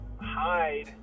hide